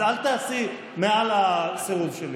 אז אל תעשי מעל הסירוב שלי.